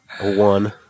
one